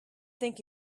think